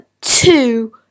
two